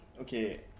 Okay